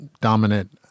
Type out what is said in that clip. dominant